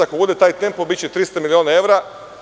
Ako bude taj tempo, biće 300 miliona evra.